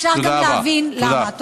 אפשר גם להבין למה.